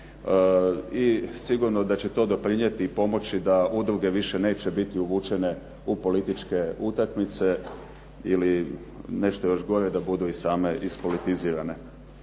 I sigurno da će to doprinijeti i pomoći da udruge više neće biti uvučene u političke utakmice ili nešto još gore da budu i same ispolitizirane.